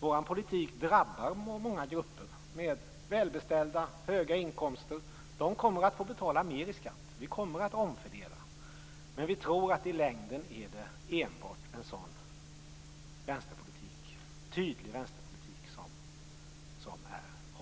Vår politik drabbar många grupper. De välbeställda med höga inkomster får betala mer i skatt. Vi kommer att omfördela. Men vi tror att det i längden enbart är en sådan tydlig vänsterpolitik som är hållbar.